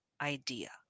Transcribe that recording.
idea